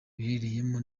ruherereyemo